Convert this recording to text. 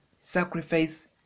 sacrifice